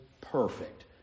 perfect